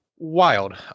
Wild